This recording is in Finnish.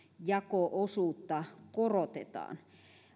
jako osuutta korotetaan